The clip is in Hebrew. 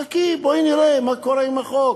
חכי, בואי נראה מה קורה עם החוק.